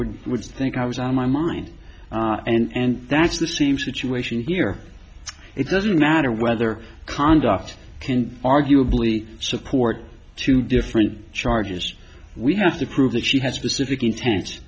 would think i was on my mind and that's the same situation here it doesn't matter whether conduct can arguably support two different charges we have to prove that she has specific inten